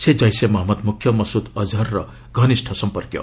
ସେ ଜୈସେ ମହଞ୍ଜଦ ମୁଖ୍ୟ ମସୁଦ୍ ଅଜହର୍ର ଘନିଷ୍ଠ ସମ୍ପର୍କୀୟ